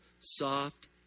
soft